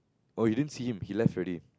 oh you didn't see him he left already